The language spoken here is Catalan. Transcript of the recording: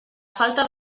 falta